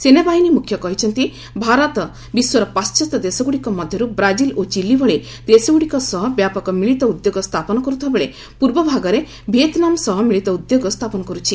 ସେନାବାହିନୀ ମୁଖ୍ୟ କହିଛନ୍ତି ଭାରତ ବିଶ୍ୱର ପାର୍ଚ୍ଚାତ୍ୟ ଦେଶଗୁଡ଼ିକ ମଧ୍ୟରୁ ବ୍ରାଜିଲ୍ ଓ ଚିଲି ଭଳି ଦେଶଗୁଡ଼ିକ ସହ ବ୍ୟାପକ ମିଳିତ ଉଦ୍ୟୋଗ ସ୍ଥାପନ କରୁଥିବାବେଳେ ପୂର୍ବଭାଗରେ ଭିଏତ୍ନାମ୍ ସହ ମିଳିତ ଉଦ୍ୟୋଗ ସ୍ଥାପନ କରୁଛି